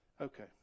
Okay